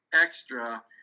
extra